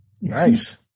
Nice